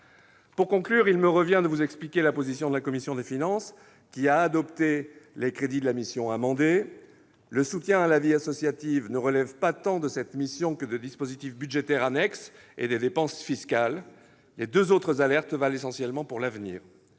Pour conclure, il me revient de vous expliquer la position de la commission des finances, qui a adopté les crédits de la mission amendés. Le soutien à la vie associative ne relève pas tant de cette mission que de dispositifs budgétaires annexes et des dépenses fiscales. Les deux autres alertes valent essentiellement pour l'avenir.